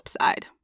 side